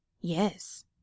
Yes